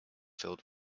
filled